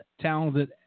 talented